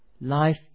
life